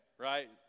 right